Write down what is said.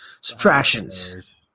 subtractions